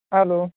hello